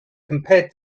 compared